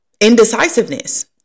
indecisiveness